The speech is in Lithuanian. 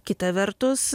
kita vertus